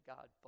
God